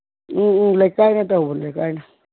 ꯎꯝ ꯎꯝ ꯂꯩꯀꯥꯏꯅ ꯇꯧꯕꯅꯤ ꯂꯩꯀꯥꯏꯅ